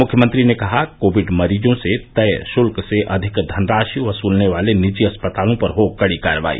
मुख्यमंत्री ने कहा कोविड मरीजों से तय शुल्क से अधिक धनराशि वसूलने वाले निजी अस्पतालों पर हो कड़ी कार्रवाई